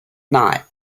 knot